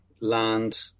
land